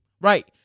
Right